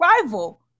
rival